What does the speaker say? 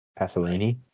Pasolini